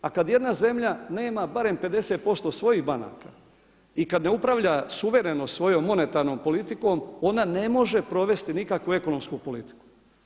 A kad jedna zemlja nema barem 50% svojih banaka i kad ne upravlja suvereno svojom monetarnom politikom ona ne može provesti nikakvu ekonomsku politiku.